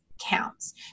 counts